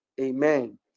Amen